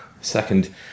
second